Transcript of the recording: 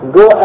go